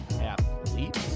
Athlete